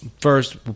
First